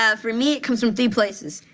ah for me, it comes from three places,